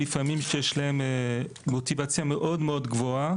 לפעמים שיש להם מוטיבציה מאוד גבוהה